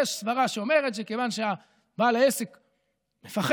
יש סברה שאומרת שמכיוון שבעל עסק מפחד,